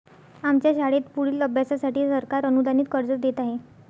आमच्या शाळेत पुढील अभ्यासासाठी सरकार अनुदानित कर्ज देत आहे